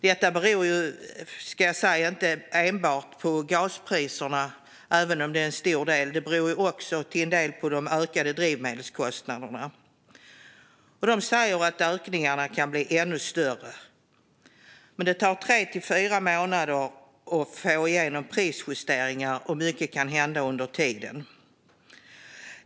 Detta beror nu inte enbart på gaspriserna, ska sägas, även om det är en stor del. Det beror också till en del på de ökade drivmedelskostnaderna. De säger också att ökningarna kan bli ännu större. Det tar dock tre till fyra månader att få igenom prisjusteringar, och mycket kan hända under tiden.